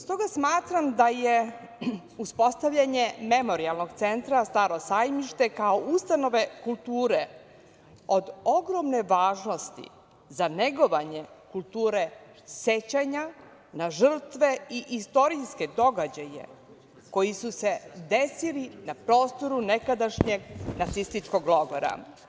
Stoga smatram da je uspostavljanje Memorijalnog centra „Staro sajmište“ kao ustanove kulture od ogromne važnosti za negovanje kulture sećanja na žrtve i istorijske događaje koji su se desili na prostoru nekadašnjeg nacističkog logora.